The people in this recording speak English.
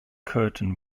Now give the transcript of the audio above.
curtain